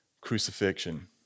crucifixion